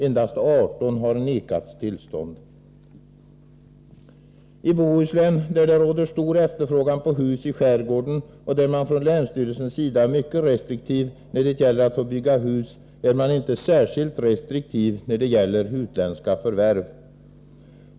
Endast 18 har nekats tillstånd. I Bohuslän, där det råder stor efterfrågan på hus i skärgården och där man från länsstyrelsens sida är mycket restriktiv när det gäller att få bygga hus, är man inte särskilt restriktiv när det gäller utländska förvärv.